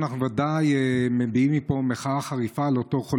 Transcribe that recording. אנחנו בוודאי מביעים מפה מחאה חריפה כלפי